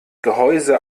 gehäuse